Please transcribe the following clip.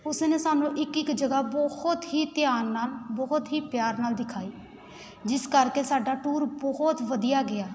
ਉਸ ਨੇ ਸਾਨੂੰ ਇੱਕ ਇੱਕ ਜਗ੍ਹਾ ਬਹੁਤ ਹੀ ਧਿਆਨ ਨਾਲ ਬਹੁਤ ਹੀ ਪਿਆਰ ਨਾਲ ਦਿਖਾਈ ਜਿਸ ਕਰਕੇ ਸਾਡਾ ਟੂਰ ਬਹੁਤ ਵਧੀਆ ਗਿਆ